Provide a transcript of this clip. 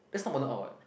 that's not modern or what